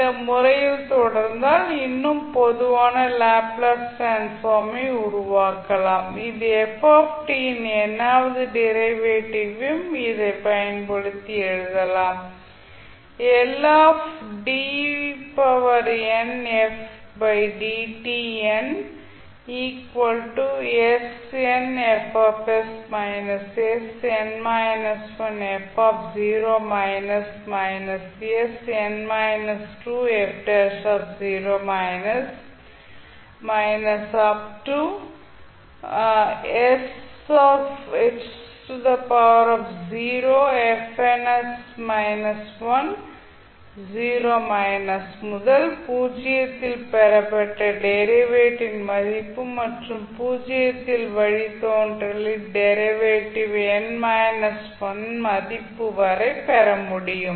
இந்த முறையில் தொடர்ந்தால் இன்னும் பொதுவான லேப்ளேஸ் டிரான்ஸ்ஃபார்ம் ஐ உருவாக்கலாம் இது f ன் n வது டெரிவேட்டிவ் ஐயும் இதை பயன்படுத்தி எழுதலாம் முதலில் பூஜ்ஜியத்தில் பெறப்பட்ட டெரிவேட்டிவ் ன் மதிப்பு மற்றும் பூஜ்ஜியத்தில் வழித்தோன்றலில் டெரிவேட்டிவ் n 1 இன் மதிப்பு வரை பெற முடியும்